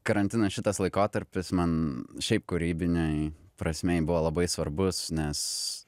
karantinas šitas laikotarpis man šiaip kūrybinėj prasmėj buvo labai svarbus nes